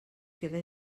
queda